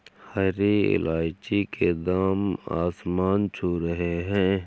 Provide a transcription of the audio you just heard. हरी इलायची के दाम आसमान छू रहे हैं